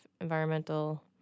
Environmental